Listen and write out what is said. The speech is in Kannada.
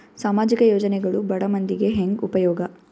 ಸಾಮಾಜಿಕ ಯೋಜನೆಗಳು ಬಡ ಮಂದಿಗೆ ಹೆಂಗ್ ಉಪಯೋಗ?